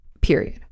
period